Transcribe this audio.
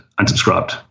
unsubscribed